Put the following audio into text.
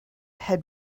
had